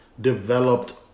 developed